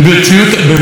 אדוני,